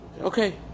Okay